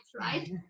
right